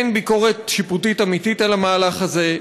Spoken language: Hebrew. אין ביקורת שיפוטית אמיתית על המהלך הזה,